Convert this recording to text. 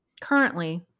currently